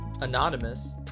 Anonymous